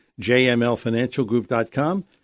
jmlfinancialgroup.com